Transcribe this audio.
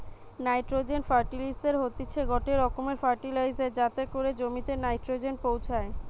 nitrogen ফার্টিলিসের হতিছে গটে রকমের ফার্টিলাইজার যাতে করি জমিতে নাইট্রোজেন পৌঁছায়